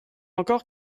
encore